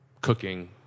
cooking